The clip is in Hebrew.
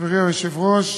חברי היושב-ראש,